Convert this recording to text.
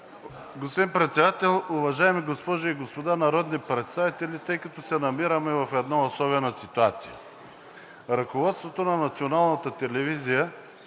Господин Председател, уважаеми госпожи и господа народни представители! Тъй като се намираме в една особена ситуация, ръководството на Националната телевизия